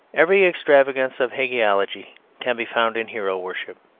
every extravagance of hagiology can be found in hero-worship.